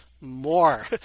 more